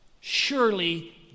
surely